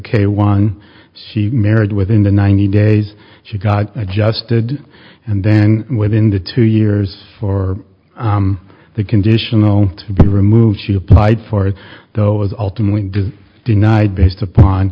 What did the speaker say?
k one she married within the ninety days she got adjusted and then within the two years for the conditional to be removed she applied for it though was ultimately denied based upon